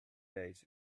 days